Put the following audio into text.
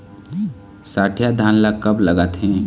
सठिया धान ला कब लगाथें?